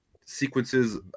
sequences